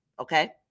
okay